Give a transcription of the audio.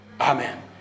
Amen